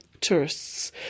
tourists